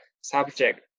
subject